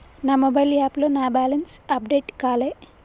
నా మొబైల్ యాప్లో నా బ్యాలెన్స్ అప్డేట్ కాలే